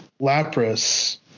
Lapras